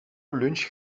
lunch